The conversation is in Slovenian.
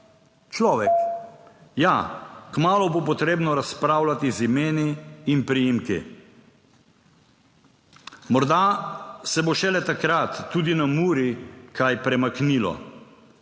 Človek. Ja, kmalu bo potrebno razpravljati z imeni in priimki. Morda se bo šele takrat tudi na Muri kaj premaknilo,